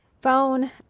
phone